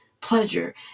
pleasure